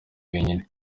wenyine